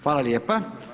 Hvala lijepa.